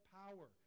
power